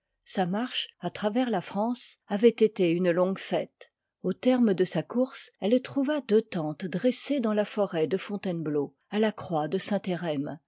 sa marche à travers la france avoit été une longue fête au terme de sa course elle trouva deux tentes dressées dans la forêt de fontainebleau à la croix de